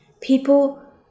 People